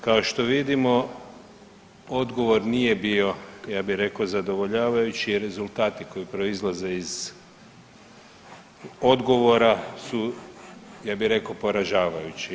Kao što vidimo odgovor nije bio, ja bih rekao zadovoljavajući jer rezultati koji proizlaze iz odgovora su ja bi rekao poražavajući.